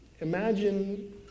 imagine